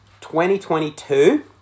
2022